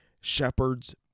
Shepherds